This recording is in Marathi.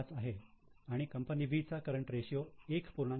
5 आहे आणि कंपनी B चा करंट रेशियो 1